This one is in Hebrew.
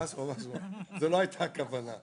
זאת לא הייתה הכוונה.